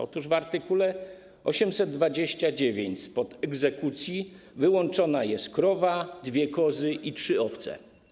Otóż w art. 829 spod egzekucji wyłączona jest krowa, dwie kozy i trzy owce.